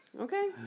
Okay